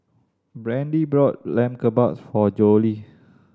Brandie bought Lamb Kebabs for Jolie